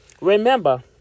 Remember